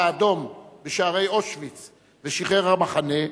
האדום בשערי אושוויץ ושחרר את המחנה,